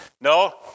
No